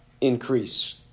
increase